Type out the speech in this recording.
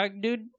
dude